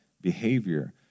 behavior